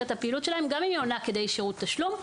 את הפעילות שלהם גם אם היא עולה כדי שירות תשלום.